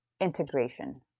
integration